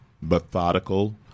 methodical